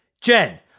Jen